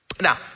Now